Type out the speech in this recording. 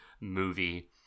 movie